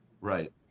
Right